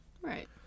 right